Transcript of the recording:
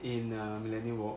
in a millenia walk